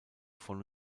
von